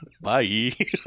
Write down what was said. Bye